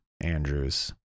Andrews